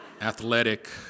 athletic